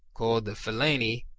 called the philaeni,